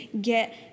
get